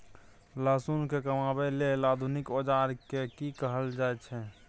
लहसुन के कमाबै के लेल आधुनिक औजार के कि कहल जाय छै?